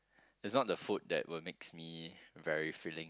it's not the food that will makes me very filling